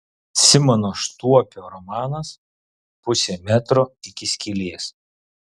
simono štuopio romanas pusė metro iki skylės